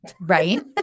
right